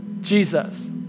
Jesus